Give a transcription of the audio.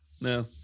no